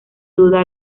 duda